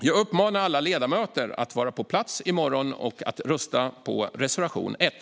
Jag uppmanar därför alla ledamöter att vara på plats i morgon och rösta på reservation 1.